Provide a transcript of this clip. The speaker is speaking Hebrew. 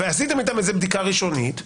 ועשיתם איתם איזה בדיקה ראשונית.